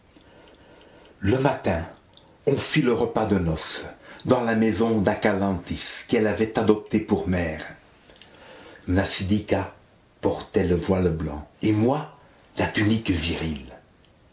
le matin on fit le repas de noces dans la maison d'acalanthis qu'elle avait adoptée pour mère mnasidika portait le voile blanc et moi la tunique virile